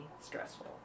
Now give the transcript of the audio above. stressful